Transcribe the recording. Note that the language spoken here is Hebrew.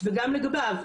וגם לגביו,